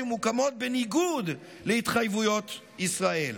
שמוקמות בניגוד להתחייבויות ישראל.